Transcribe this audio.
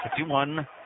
51